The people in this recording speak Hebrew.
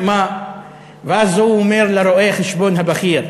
ואז הוא אומר לרואה-חשבון הבכיר: